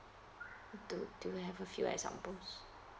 do do you have a few examples